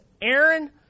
Aaron